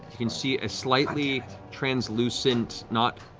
you can see a slightly translucent, not